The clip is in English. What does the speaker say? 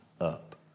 up